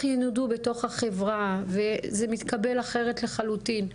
ינודו בתוך החברה וזה מתקבל אחרת לחלוטין.